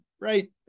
right